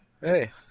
Hey